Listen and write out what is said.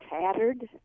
tattered